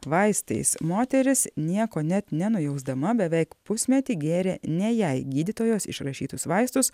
vaistais moteris nieko net nenujausdama beveik pusmetį gėrė ne jai gydytojos išrašytus vaistus